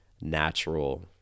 natural